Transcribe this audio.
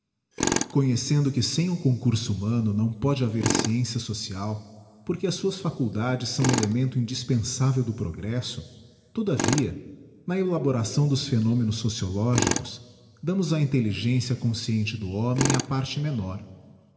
conhecendo que sem o concurso humano não pôde haver sciencia social porque as suaa faculdades são elemento indispensável do progresso todavia na elaboração dos phenomenos sociológicos damos á intelligencia consciente do homem a parte menor